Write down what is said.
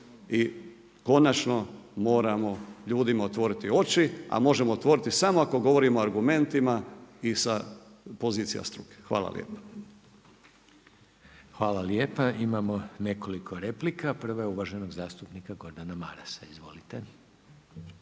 i konačno, moramo otvoriti ljudima oči, a možemo otvoriti samo ako govorimo argumentima, i sa pozicija struke. **Reiner, Željko (HDZ)** Hvala lijepa. Imamo nekoliko replika, prva je uvaženog zastupnika Gordana Marasa. Izvolite.